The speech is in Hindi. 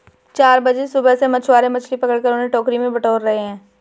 चार बजे सुबह से मछुआरे मछली पकड़कर उन्हें टोकरी में बटोर रहे हैं